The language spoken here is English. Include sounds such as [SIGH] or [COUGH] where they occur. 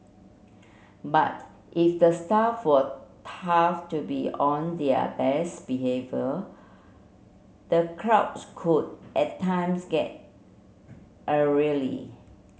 but if the staff were taught to be on their best behaviour the crowds could at times get [UNINTELLIGIBLE]